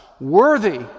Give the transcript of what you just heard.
worthy